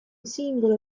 singolo